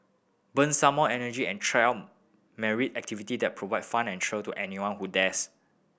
burn some more energy and try out myriad activity that provide fun and thrill to anyone who dares